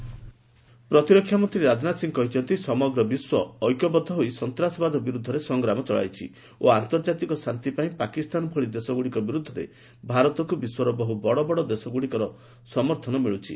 ରାଜନାଥ ସିଂହ ପ୍ରତିରକ୍ଷାମନ୍ତ୍ରୀ ରାଜନାଥ ସିଂହ କହିଛନ୍ତି ସମଗ୍ର ବିଶ୍ୱ ଐକ୍ୟବଦ୍ଧ ହୋଇ ସନ୍ତାସବାଦ ବିରୁଦ୍ଧରେ ସଂଗ୍ରାମ ଚଳାଇଛି ଓ ଆନ୍ତର୍ଜାତିକ ଶାନ୍ତି ପାଇଁ ପାକିସ୍ତାନ ଭଳି ଦେଶଗୁଡ଼ିକ ବିରୁଦ୍ଧରେ ଭାରତକୁ ବିଶ୍ୱର ବହୁ ବଡବଡ ଦେଶଗୁଡ଼ିକର ସମର୍ଥନ ମିଳୁଛି